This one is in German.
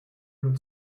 nur